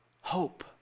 hope